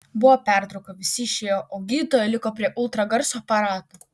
buvo pertrauka visi išėjo o gydytoja liko prie ultragarso aparato